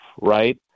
right